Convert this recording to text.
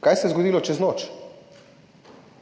Kaj se je zgodilo čez noč?